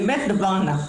באמת דבר ענק.